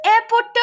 airport